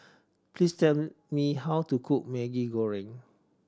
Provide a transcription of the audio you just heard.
please tell me how to cook Maggi Goreng